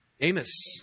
Amos